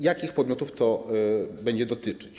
Jakich podmiotów to będzie dotyczyć?